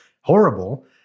horrible